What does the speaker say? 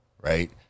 right